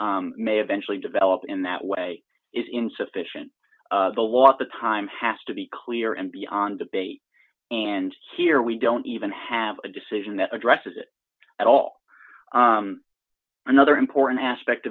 may eventually develop in that way is insufficient the law at the time has to be clear and beyond debate and here we don't even have a decision that addresses it at all another important aspect